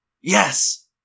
Yes